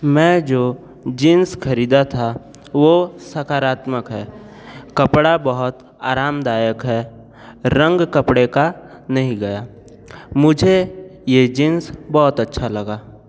मैं जो जींस ख़रीदा था वो सकारात्मक है कपड़ा बहुत आरामदायक है रंग कपड़े का नहीं गया मुझे ये जींस बहुत अच्छा लगा